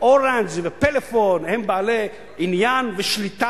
"אורנג'" ו"פלאפון" הם בעלי עניין ושליטה